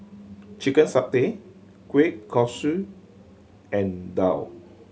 chicken satay kueh kosui and daal